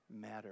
matter